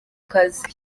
kazi